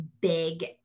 big